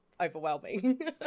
overwhelming